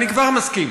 אני כבר מסכים.